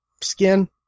skin